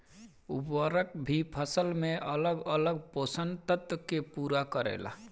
उर्वरक भी फसल में अलग अलग पोषण तत्व के पूरा करेला